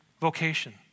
Vocation